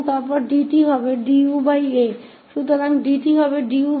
तो अब हमें इस 𝑡 को uaसे बदलना होगा